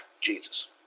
Jesus